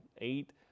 eight